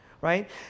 right